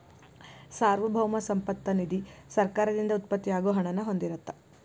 ಸಾರ್ವಭೌಮ ಸಂಪತ್ತ ನಿಧಿ ಸರ್ಕಾರದಿಂದ ಉತ್ಪತ್ತಿ ಆಗೋ ಹಣನ ಹೊಂದಿರತ್ತ